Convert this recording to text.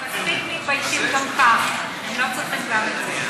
הם מספיק מתביישים גם כך, הם לא צריכים גם את זה.